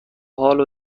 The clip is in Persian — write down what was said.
حالو